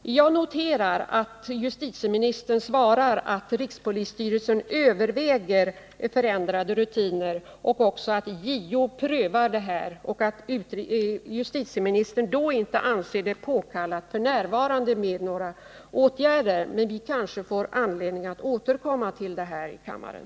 Jag noterar att justitieministern i sitt svar säger att rikspolisstyrelsen överväger förändrade rutiner och att även JO prövar frågan. Och därför anser justitieministern inte f.n. några åtgärder påkallade. Men vi får kanske anledning att återkomma till frågan i kammaren.